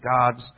God's